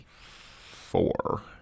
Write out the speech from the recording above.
Four